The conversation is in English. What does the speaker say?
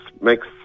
makes